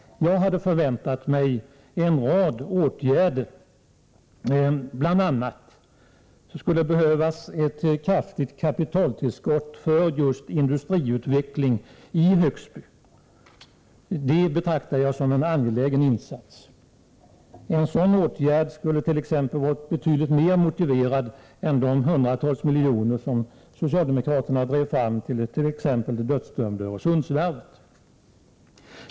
Jag hade förväntat mig en rad åtgärder. Bl.a. skulle det behövas ett kraftigt kapitaltillskott för just industriutveckling i Högsby. Det betraktar jag som en angelägen insats. En sådan åtgärd skulle vara betydligt mer motiverad än t.ex. de hundratals miljoner som socialdemokraterna drev fram till det dödsdömda Öresundsvarvet.